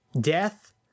death